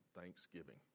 Thanksgiving